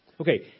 Okay